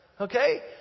okay